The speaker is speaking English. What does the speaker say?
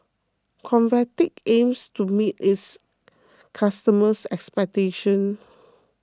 Convatec aims to meet its customers' expectations